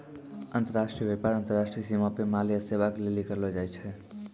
अन्तर्राष्ट्रिय व्यापार अन्तर्राष्ट्रिय सीमा पे माल या सेबा के लेली करलो जाय छै